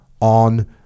on